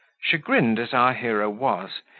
chagrined as our hero was,